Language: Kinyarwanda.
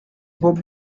bobi